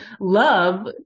love